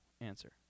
answer